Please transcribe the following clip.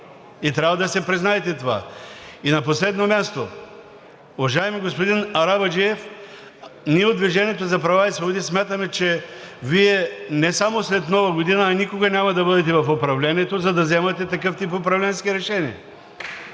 И трябва да си признаете това. И на последно място, уважаеми господин Арабаджиев, ние от „Движение за права и свободи“ смятаме, че Вие не само след Нова година, а никога няма да бъдете в управлението, за да вземате такъв тип управленски решения.